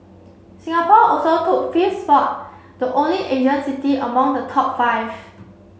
Singapore also took fifth spot the only Asian city among the top five